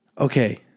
Okay